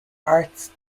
arts